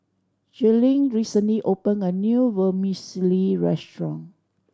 Jaelyn recently opened a new Vermicelli restaurant